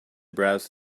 browsed